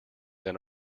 than